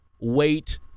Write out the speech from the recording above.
wait